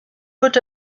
good